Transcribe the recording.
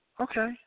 Okay